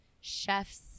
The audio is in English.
chef's